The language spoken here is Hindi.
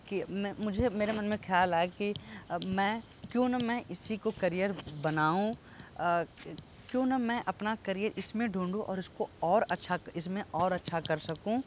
कि मैं मुझे मेरे मन में ख्याल आया कि मैं क्यों ना मैं इसी को कर्रिअर बनाऊं क्यों ना मैं अपना कर्रिअर इसमें ढूँढूँ और इसको और अच्छा इसमें और अच्छा कर सकूँ